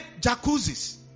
jacuzzis